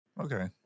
okay